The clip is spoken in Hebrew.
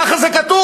ככה זה כתוב,